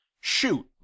Shoot